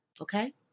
Okay